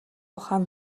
ухаан